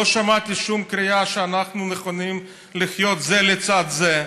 לא שמעתי שום קריאה שאנחנו מוכנים לחיות זה לצד זה.